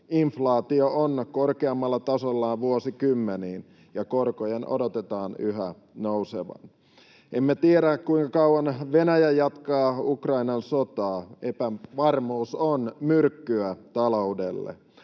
Inflaatio on korkeimmalla tasollaan vuosikymmeniin, ja korkojen odotetaan yhä nousevan. Emme tiedä, kuinka kauan Venäjä jatkaa Ukrainan sotaa. Epävarmuus on myrkkyä taloudelle.